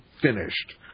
finished